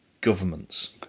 governments